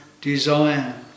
desire